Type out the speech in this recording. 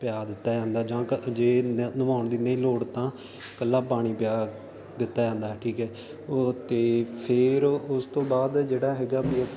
ਪਿਆ ਦਿੱਤਾ ਜਾਂਦਾ ਜਾਂ ਜੇ ਨਿਵਾਉਣ ਦੀ ਨਹੀਂ ਲੋੜ ਤਾਂ ਇਕੱਲਾ ਪਾਣੀ ਪਿਆ ਦਿੱਤਾ ਜਾਂਦਾ ਠੀਕ ਹ ਉਹ ਤੇ ਫਿਰ ਉਸ ਤੋਂ ਬਾਅਦ ਜਿਹੜਾ ਹੈਗਾ